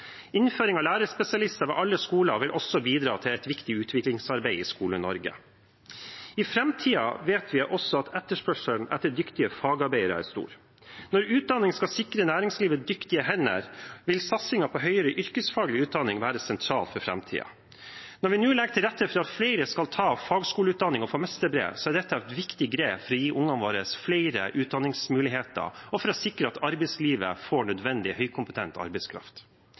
Innføring av lærerspesialister ved alle skoler vil også bidra til et viktig utviklingsarbeid i Skole-Norge. Vi vet også at etterspørselen etter dyktige fagarbeidere er stor i framtiden. Når utdanning skal sikre næringslivet dyktige hender, vil satsingen på høyere yrkesfaglig utdanning være sentral for framtiden. Når vi nå legger til rette for at flere skal ta fagskoleutdanning og få mesterbrev, er dette et viktig grep for å gi ungene våre flere utdanningsmuligheter og for å sikre at arbeidslivet får nødvendig høykompetent arbeidskraft.